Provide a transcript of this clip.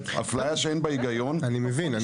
אני מבין.